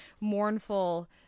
mournful